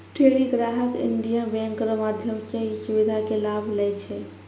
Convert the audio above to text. ढेरी ग्राहक Indian bank रो माध्यम से ई सुविधा के लाभ लै छै